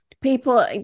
people